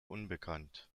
unbekannt